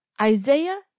Isaiah